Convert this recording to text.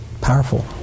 Powerful